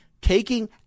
taking